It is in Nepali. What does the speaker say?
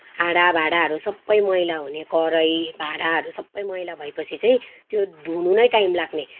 हाँडाभाँडाहरू सबै मैला हुने कराई भाँडाहरू सबै मैला भएपछि चाहिँ त्यो धुनु नै टाइम लाग्ने